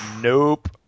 Nope